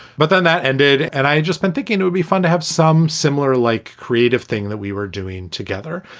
but then that ended and i just been thinking it would be fun to have some similar, like, creative thing that we were doing together.